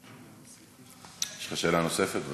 יש לך שאלה נוספת?